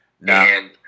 No